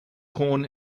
corn